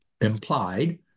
implied